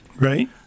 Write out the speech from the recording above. Right